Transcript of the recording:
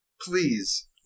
Please